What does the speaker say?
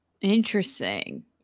Interesting